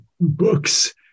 books